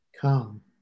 Come